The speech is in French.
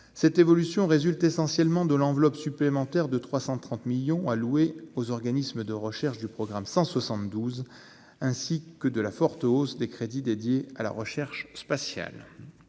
Cette évolution résulte essentiellement de l'ajout d'une enveloppe de 330 millions d'euros allouée aux organismes de recherche du programme 172, ainsi que de la forte hausse des crédits consacrés à la recherche spatiale.